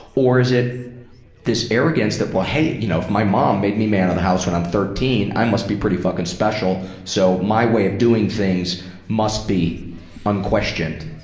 or is it this arrogance that, well, hey, you know if my mom made me man of the house when i'm thirteen, i must be pretty fucking special so my way of doing things must be unquestioned?